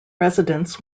residents